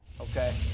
Okay